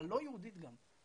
הלא יהודית גם,